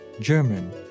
German